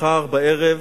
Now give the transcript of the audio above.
מחר בערב